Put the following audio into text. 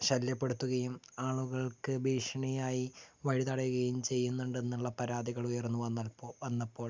ശല്യപ്പെടുത്തുകയും ആളുകൾക്ക് ഭീഷണിയായി വഴി തടയുകയും ചെയ്യുന്നുണ്ടെന്നുള്ള പരാതികൾ ഉയർന്നു വന്നപ്പോൾ വന്നപ്പോൾ